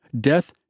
death